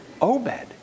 Obed